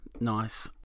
nice